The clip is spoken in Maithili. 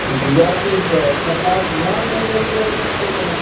कि जर्किन से सरकार ध्यान नहि दै छै रोड परमे